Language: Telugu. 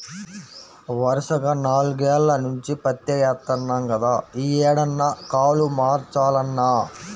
వరసగా నాల్గేల్ల నుంచి పత్తే యేత్తన్నాం గదా, యీ ఏడన్నా కాలు మార్చాలన్నా